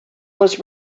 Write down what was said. was